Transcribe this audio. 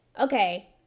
okay